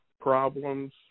problems